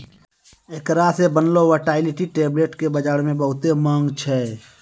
एकरा से बनलो वायटाइलिटी टैबलेट्स के बजारो मे बहुते माँग छै